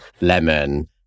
lemon